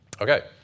Okay